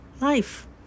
Life